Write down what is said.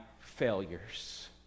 failures